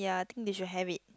ya I think they should have it